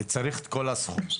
צריך את כל הסכום.